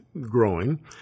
growing